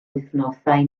wythnosau